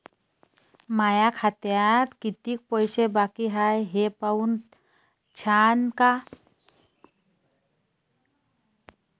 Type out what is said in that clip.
माया खात्यात कितीक पैसे बाकी हाय हे पाहून द्यान का?